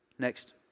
Next